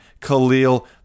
Khalil